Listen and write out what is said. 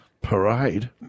Parade